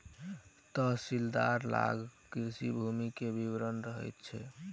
तहसीलदार लग कृषि भूमि के विवरण रहैत छै